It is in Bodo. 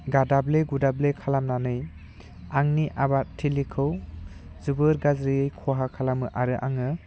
गादाबले गुदाबले खालामनानै आंनि आबादथिलिखौ जोबोर गाज्रियै खहा खालामो आरो आङो